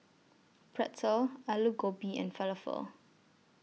Pretzel Alu Gobi and Falafel